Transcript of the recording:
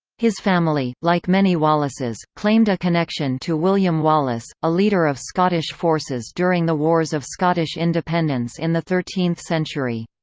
his family, like many wallaces, claimed a connection to william wallace, a leader of scottish forces during the wars of scottish independence in the thirteenth century.